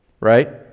right